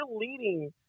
leading